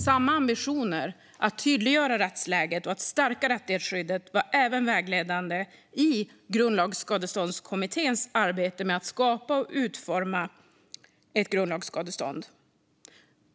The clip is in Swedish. Samma ambitioner, att tydliggöra rättsläget och stärka rättighetsskyddet, var vägledande även för grundlagsskadeståndskommitténs arbete med att skapa och utforma ett grundlagsskadestånd.